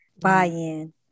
buy-in